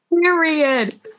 Period